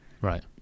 Right